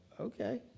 okay